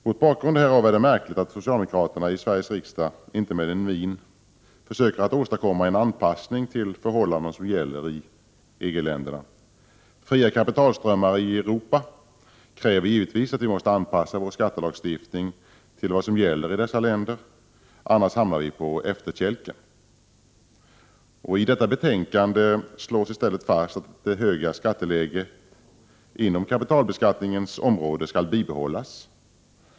Mot bakgrund härav är det märkligt att socialdemokraterna i Sveriges riksdag inte med en min försöker åstadkomma en anpassning till förhållanden som gäller i EG-länderna. Fria kapitalströmmar i Europa kräver givetvis att vi måste anpassa vår skattelagstiftning till vad som gäller i dessa länder — annars hamnar vi på efterkälken. I detta betänkande slås i stället fast att det höga skatteläget inom kapitalbeskattningens område skall bibehållas.